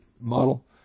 model